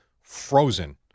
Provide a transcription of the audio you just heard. frozen